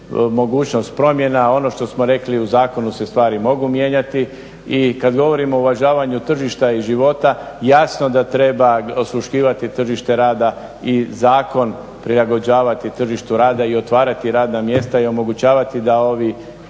mogućnost promjena. Ono što smo rekli u zakonu se stvari mogu mijenjati. I kada govorimo o uvažavanju tržišta i života jasno da treba osluškivati tržište rada i zakon prilagođavati tržištu rada i otvarati radna mjesta i omogućavati da ovi